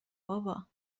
بابا